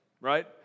Right